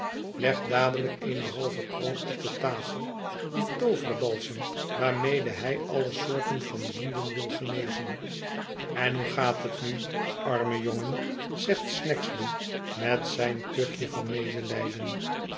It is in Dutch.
legt dadelijk eene halve kroon op de tafel die tooverbalsem waarmede hij alle soorten van wonden wil genezen en hoe gaat het nu arme jongen zegt snagsby met zijn kuchje van medelijden